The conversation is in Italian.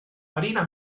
marina